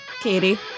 Katie